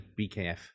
BKF